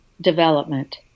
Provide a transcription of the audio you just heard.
development